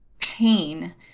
pain